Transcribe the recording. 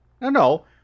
No